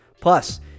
plus